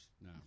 no